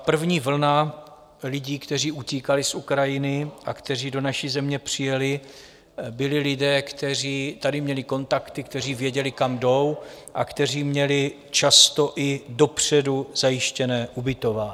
První vlna lidí, kteří utíkali z Ukrajiny a kteří do naší země přijeli, byli lidé, kteří tady měli kontakty, kteří věděli, kam jdou a kteří měli často i dopředu zajištěné ubytování.